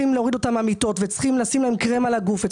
קשישים שצריכים להוריד אותם מהמיטות ולשים להם קרם על הגוף,